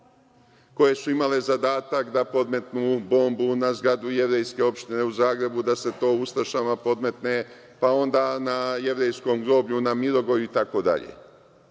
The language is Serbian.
koje su imale zadatak da podmetnu bombu na zgradu jevrejske opštine u Zagrebu, da se ustašama podmetne, pa onda na jevrejskom groblju, na Mirogoju itd. Ustaše